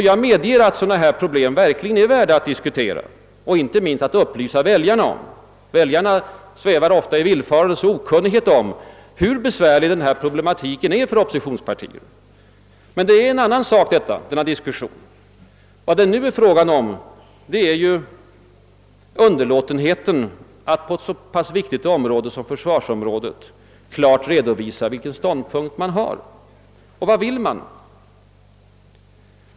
Jag medger att sådana problem verkligen är värda att diskutera och inte minst att upplysa väljarna om. Väljarna svävar ofta i villfarelse och okunnighet om hur besvärlig denna problematik är för ett oppositionsparti. Men denna diskussion är en annap sak. Vad det nu är fråga om är underlåtenheten att på ett så pass viktigt område som försvaret klart redovisa en egen ståndpunkt. Vad vill man?